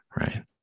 right